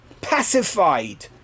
pacified